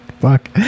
Fuck